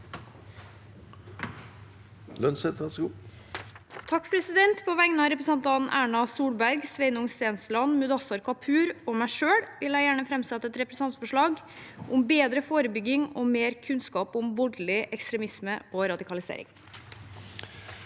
Lønseth (H) På vegne av re- presentantene Erna Solberg, Sveinung Stensland, Mudassar Kapur og meg selv vil jeg gjerne framsette et representantforslag om bedre forebygging av og mer kunnskap om voldelig ekstremisme og radikalisering.